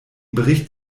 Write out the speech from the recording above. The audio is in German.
bericht